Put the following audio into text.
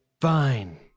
Fine